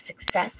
success